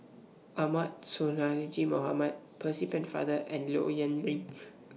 Ahmad Sonhadji Mohamad Percy Pennefather and Low Yen Ling